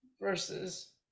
versus